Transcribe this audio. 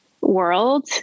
world